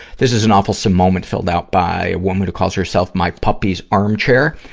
this is an awfulsome moment filled out by a woman who calls herself my puppy's armchair.